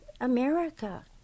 America